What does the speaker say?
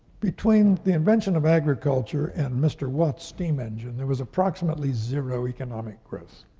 between the invention of agriculture and mr. watt's steam engine, there was approximately zero economic growth,